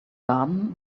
garden